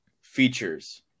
features